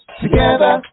together